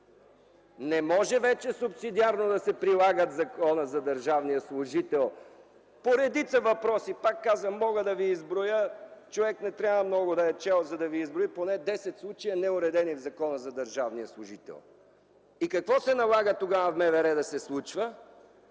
Не може вече субсидиарно да се прилага Законът за държавния служител по редица въпроси. Пак казвам, мога да ви изброя, човек не трябва много да е чел, за да ви изброи поне десет случая, неуредени в Закона за държавния служител. И какво се налага тогава в МВР да се случва?